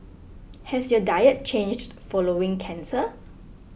has your diet changed following cancer